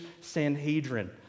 Sanhedrin